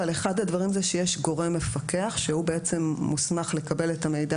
אבל אחד הדברים זה שיש גורם מפקח שמוסמך לקבל את המידע